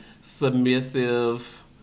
submissive